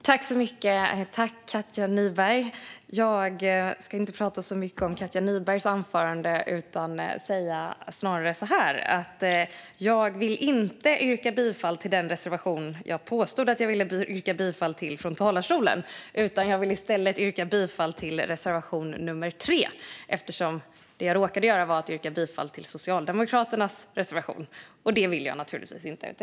Fru talman! Jag ska inte prata så mycket om Katja Nybergs anförande. Snarare ska jag säga följande. Jag vill inte yrka bifall till den reservation jag påstod att jag ville yrka bifall till från talarstolen, utan jag vill i stället yrka bifall till reservation nummer 3. Det jag råkade göra var att yrka bifall till Socialdemokraternas reservation, och det vill jag naturligtvis inte.